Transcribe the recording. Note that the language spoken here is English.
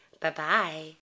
Bye-bye